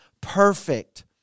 perfect